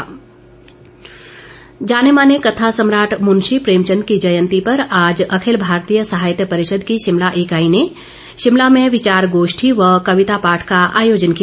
मुंशी प्रेमचंद जाने माने कथा सम्राट मुंशी प्रेमचंद की जयंती पर आज अखिल भारतीय साहित्य परिषद की शिमला इकाई ने शिमला में विचार गोष्ठी व कविता पाठ का आयोजन किया